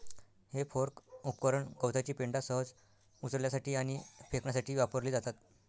हे फोर्क उपकरण गवताची पेंढा सहज उचलण्यासाठी आणि फेकण्यासाठी वापरली जातात